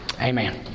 Amen